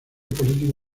político